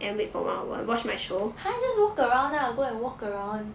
!huh! just walk around lah go and walk around